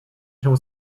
się